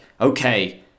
okay